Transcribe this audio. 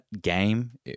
game